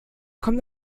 kommt